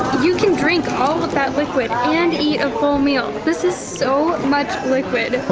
you can drink all of that liquid and eat a full meal! this is so much liquid!